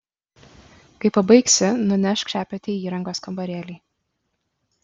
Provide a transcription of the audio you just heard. kai pabaigsi nunešk šepetį į įrangos kambarėlį